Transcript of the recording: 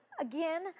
again